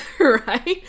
right